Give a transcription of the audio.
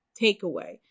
takeaway